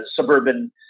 suburban